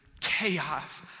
chaos